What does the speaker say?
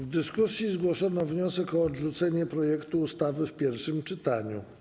W dyskusji zgłoszono wniosek o odrzucenie projektu ustawy w pierwszym czytaniu.